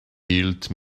hielt